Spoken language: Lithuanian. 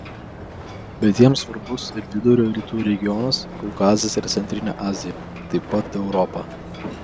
bet jiems svarbus ir vidurio rytų regionas kaukazas ir centrinė azija taip pat europa